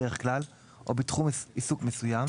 דרך כלל או בתחום עיסוק מסוים,